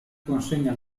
consegna